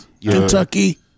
Kentucky